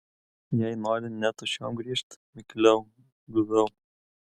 jei nori ne tuščiom grįžt mikliau guviau